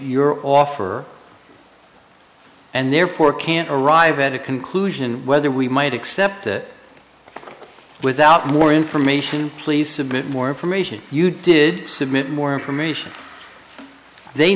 your offer and therefore can't arrive at a conclusion whether we might accept that without more information please submit more information you did submit more information they